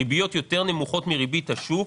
ריביות נמוכות יותר מריבית השוק,